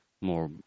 more